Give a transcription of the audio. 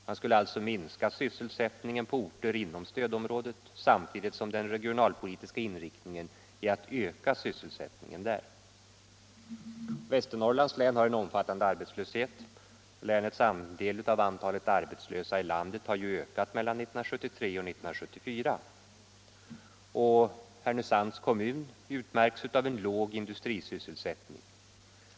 Man skulle alltså minska sysselsättningen på orter inom stödområdet samtidigt som den regionalpolitiska inriktningen är att öka sysselsättningen där. Västernorrlands län har en omfattande arbetslöshet. Länets andel av antalet arbetslösa i landet har ökat mellan 1973 och 1974. Härnösands kommun utmärks av en låg industrisysselsättning.